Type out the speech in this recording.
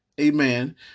amen